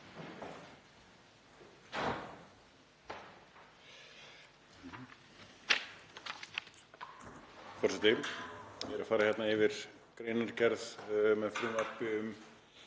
Forseti. Ég er að fara hérna yfir greinargerð með frumvarpi um